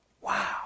Wow